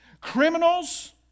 Criminals